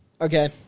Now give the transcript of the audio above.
Okay